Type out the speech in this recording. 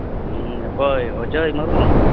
ᱦᱩᱸ ᱚᱠᱚᱭ ᱚᱡᱚᱭ ᱢᱩᱨᱢᱩ